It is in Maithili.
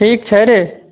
ठीक छै रे